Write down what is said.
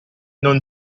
non